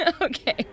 Okay